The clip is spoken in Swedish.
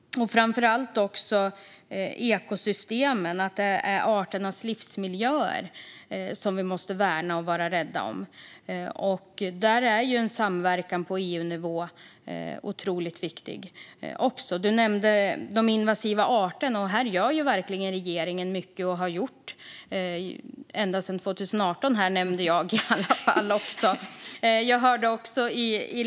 Framför allt handlar ekosystemen om att vi måste värna och vara rädda om arternas livsmiljöer. Där är en samverkan på EU-nivå otroligt viktig. Betty Malmberg nämnde de invasiva arterna. Här gör regeringen verkligen mycket och har gjort det ända sedan 2018, som jag nämnde.